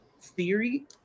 theory